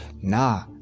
nah